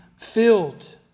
filled